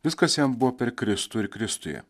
viskas jam buvo per kristų ir kristuje